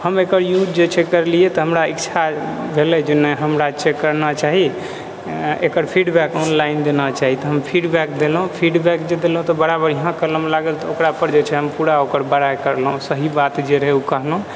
हम एकर यूज जे छै करलियै तऽ हमरा इच्छा भेले जे नहि हमरा चेक करना चाही आओर एकर फीडबैक ऑनलाइन देना चाही फीडबैक देलौहुँ फीडबैक जे देलौहुँ तऽ बड़ा बढ़िआँ कलम लागल तऽ ओकरा पर जे छै पूरा ओकर बड़ाई करलहुँ सही बात जे रहै ओ कहलहुँ